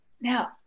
Now